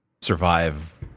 survive